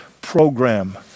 program